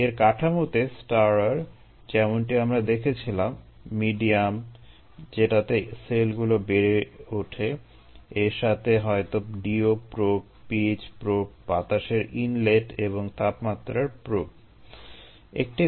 এর কাঠামোতে stirrer pH probe বাতাসের ইনলেট এবং তাপমাত্রার প্রোব